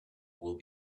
will